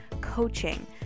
coaching